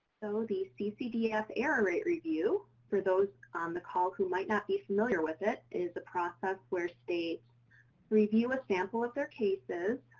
so the ccdf error rate review, for those on the call who might not be familiar with it, is the process where states review a sample of their cases.